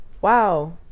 wow